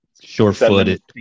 short-footed